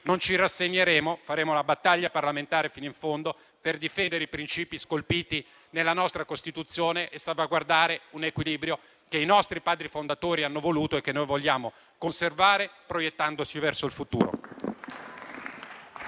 non ci rassegneremo e faremo una battaglia parlamentare fino in fondo per difendere i principi scolpiti nella nostra Costituzione e salvaguardare un equilibrio che i nostri Padri fondatori hanno voluto e che noi vogliamo conservare, proiettandoci verso il futuro.